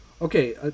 okay